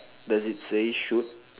does it say shoot